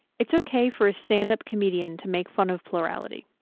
it's okay for a stand up comedian to make fun of plurality.